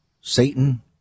Satan